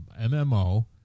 MMO